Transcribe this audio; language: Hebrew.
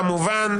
כמובן.